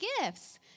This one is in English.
gifts